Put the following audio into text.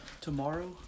Tomorrow